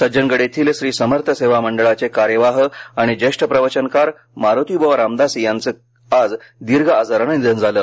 सज्जनगड येथील श्री समर्थ सेवा मंडळाचे कार्यवाह आणि ज्येष्ठ प्रवचनकार मारूतीब्रवा रामदासी यांचे आज दीर्घ आजाराने निधन झाले